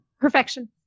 Perfection